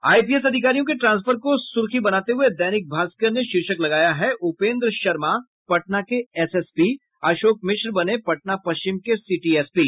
IPS अधिकारियों के transfer को सुर्खी बनाते हुए दैनिक भास्कर ने शीर्षक लगाया है उपेन्द्र शर्मा पटना के एसएसपी अशोक मिश्र बने पटना पश्चिम के सिटी एसपी